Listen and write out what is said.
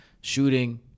shooting